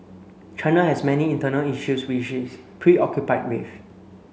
China has many internal issues which it is preoccupied with